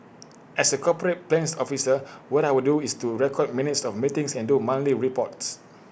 as A corporate plans officer what I would do is to record minutes of meetings and do monthly reports